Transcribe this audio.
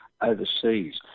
overseas